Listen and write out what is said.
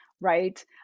right